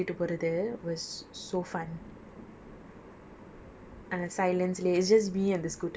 but it was such a fun ride because the whole stem தணியா ஓட்டிட்டு போறது:thaniya ottitu porathu it was so fun